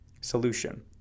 Solution